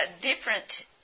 different